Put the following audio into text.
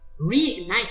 Reignite